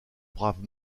brave